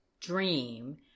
dream